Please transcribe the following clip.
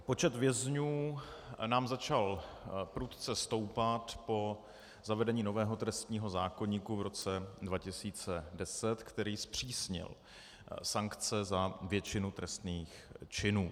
Počet vězňů nám začal prudce stoupat po zavedení nového trestního zákoníku v roce 2010, který zpřísnil sankce za většinu trestných činů.